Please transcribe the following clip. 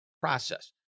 process